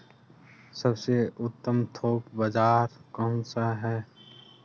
सबसे उत्तम थोक बाज़ार कौन सा है?